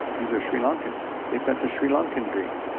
these are sri lankans. they've got the sri lankan dream.